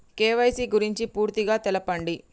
KYC గురించి పూర్తిగా తెలపండి?